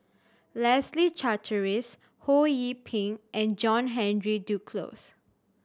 Leslie Charteris Ho Yee Ping and John Henry Duclos